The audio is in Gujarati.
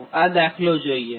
હવે આ દાખલો જોઇએ